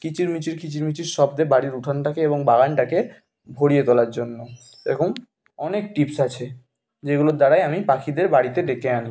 কিচির মিচির কিচির মিচির শব্দে বাড়ির উঠোনটাকে এবং বাগানটাকে ভরিয়ে তোলার জন্য এরকম অনেক টিপস আছে যেগুলোর দ্বারাই আমি পাখিদের বাড়িতে ডেকে আনি